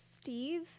Steve